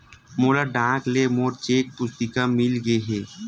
मोला डाक ले मोर चेक पुस्तिका मिल गे हे